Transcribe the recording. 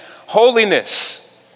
holiness